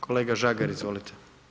Kolega Žagar, izvolite.